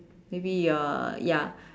maybe your ya